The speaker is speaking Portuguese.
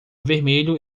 vermelho